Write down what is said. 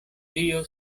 dio